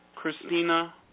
Christina